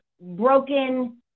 broken